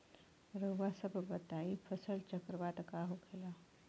रउआ सभ बताई फसल चक्रवात का होखेला?